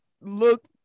look